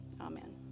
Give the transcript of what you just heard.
Amen